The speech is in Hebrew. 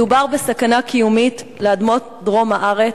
מדובר בסכנה קיומית לאדמות דרום הארץ.